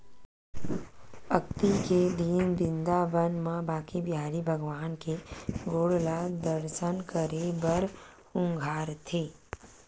अक्ती के दिन बिंदाबन म बाके बिहारी भगवान के गोड़ ल दरसन करे बर उघारथे